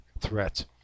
threat